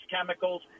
chemicals